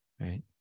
right